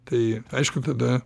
tai aišku tada